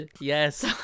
yes